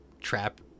trap